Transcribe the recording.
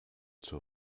zur